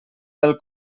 del